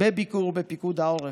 בביקור בפיקוד העורף: